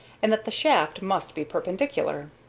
and that the shaft must be perpendicular.